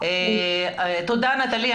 תודה נטלי.